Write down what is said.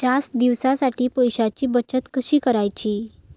जास्त दिवसांसाठी पैशांची बचत कशी करायची?